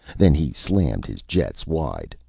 then he slammed his jets wide,